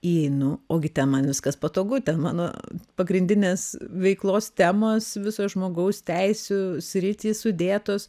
įeinu ogi ten man viskas patogu ten mano pagrindinės veiklos temos visos žmogaus teisių sritys sudėtos